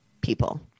people